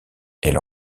elle